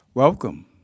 Welcome